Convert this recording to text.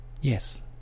yes